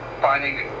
finding